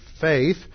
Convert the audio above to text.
faith